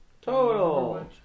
Total